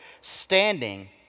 standing